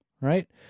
Right